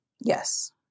Yes